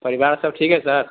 परिवार सब ठीक है सर